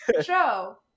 show